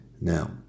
Now